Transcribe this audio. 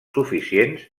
suficients